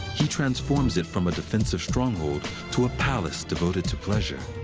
he transforms it from a defensive stronghold to a palace devoted to pleasure.